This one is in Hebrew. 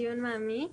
מעמיק.